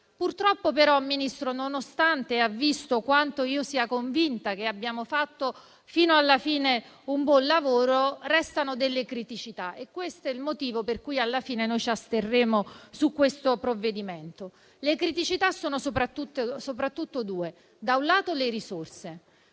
Purtroppo però, Ministro, nonostante abbia visto quanto io sia convinta che abbiamo fatto fino alla fine un buon lavoro, restano delle criticità. E questo è il motivo per cui alla fine noi ci asterremo sul provvedimento. Le criticità sono soprattutto due: la prima, le risorse.